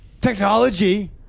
Technology